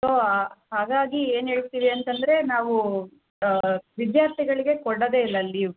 so ಹಾಗಾಗಿ ಏನು ಹೇಳ್ತೀವಿ ಅಂತಂದರೆ ನಾವು ವಿದ್ಯಾರ್ಥಿಗಳಿಗೆ ಕೊಡೋದೇ ಇಲ್ಲ ಲೀವ್